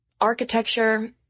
architecture